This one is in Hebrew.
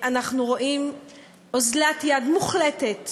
אנחנו רואים אוזלת יד מוחלטת